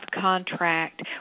contract